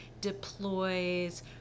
deploys